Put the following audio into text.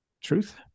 truth